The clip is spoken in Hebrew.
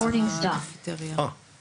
הישיבה ננעלה בשעה 10:26.